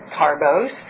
carbos